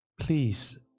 Please